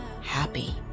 happy